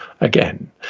again